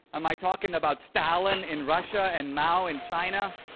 am i talking about stalin in russia and mao in china?